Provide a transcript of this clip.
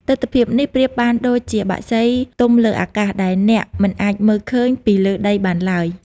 ទិដ្ឋភាពនេះប្រៀបបានដូចជាបក្សីទំលើអាកាស ដែលអ្នកមិនអាចមើលឃើញពីលើដីបានឡើយ។